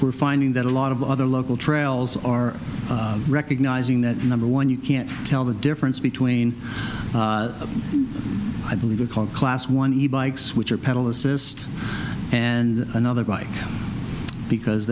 we're finding that a lot of other local trails are recognizing that number one you can't tell the difference between i believe it called class one he bikes which are pedal assist and another bike because